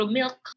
milk